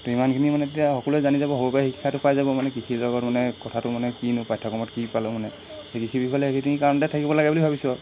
তো ইমানখিনি মানে এতিয়া সকলোৱে জানি যাব সৰুৰপৰাই শিক্ষাটো পাই যাব মানে কৃষি বিভাগত মানে কথাটো মানে কিনো পাঠ্যক্ৰমত কি পালোঁ মানে সেই কৃষি বিষয়ে সেইখিনি কাৰণতে থাকিব লাগে বুলি ভাবিছোঁ আৰু